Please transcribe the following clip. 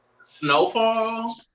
Snowfall